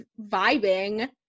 vibing